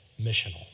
missional